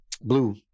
blue